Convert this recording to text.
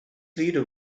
leader